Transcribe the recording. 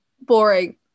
boring